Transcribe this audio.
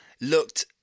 looked